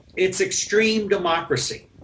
it's extreme democracy.